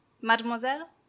Mademoiselle